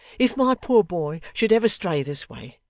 if my poor boy should ever stray this way,